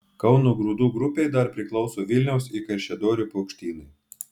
kauno grūdų grupei dar priklauso vilniaus ir kaišiadorių paukštynai